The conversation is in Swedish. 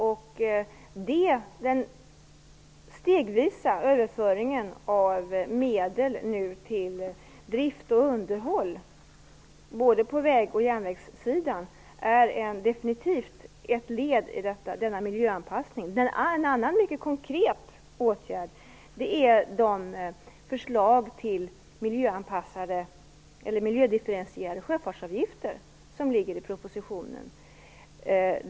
Den stegvisa överföringen av medel till drift och underhåll, både på väg och järnvägssidan, är definitivt ett led i denna miljöanpassning. En annan mycket konkret åtgärd är de förslag till miljödifferentierade sjöfartsavgifter som ligger i propositionen.